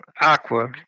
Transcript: aqua